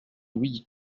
oui